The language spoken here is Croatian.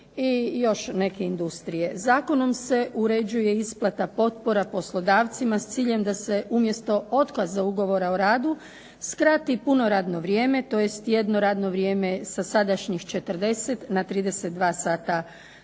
i još neke industrije. Zakonom se uređuje isplata potpora poslodavcima s ciljem da se umjesto otkaza ugovora o radu skrati puno radno vrijeme tj. jedno radno vrijeme sa sadašnjih 40 na 32 sata tjedno,